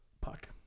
puck